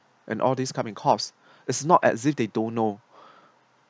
and all these come in cause it's not as it they don't know